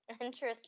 Interesting